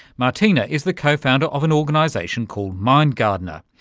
martina is the cofounder of an organisation called mind gardener,